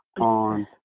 on